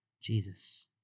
Jesus